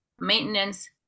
maintenance